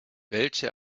welche